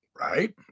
right